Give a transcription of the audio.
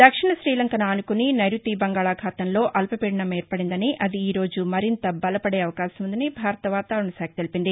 దక్షిణ తీలంకను ఆనుకుని నైరుతి బంగాళాఖాతంలో అల్పపీడనం ఏర్పడిందని అది ఈ రోజు మరింత బలపదే అవకాశం ఉందని భారత వాతావరణ శాఖ తెలిపింది